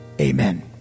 Amen